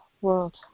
world